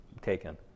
taken